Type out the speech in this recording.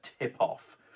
tip-off